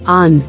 on